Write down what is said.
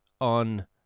On